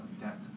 debt